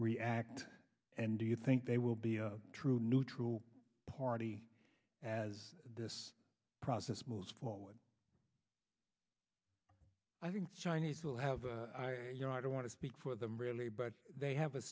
react and do you think they will be true neutral party as this process moves forward i think the chinese will have you know i don't want to speak for them really but they have a